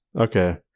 Okay